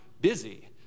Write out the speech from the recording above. busy